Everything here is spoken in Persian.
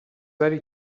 داری